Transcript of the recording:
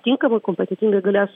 tinkamai kompetentingai galės